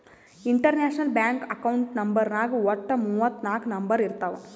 international bank account ನಂಬರ್ನಾಗ್ ವಟ್ಟ ಮೂವತ್ ನಾಕ್ ನಂಬರ್ ಇರ್ತಾವ್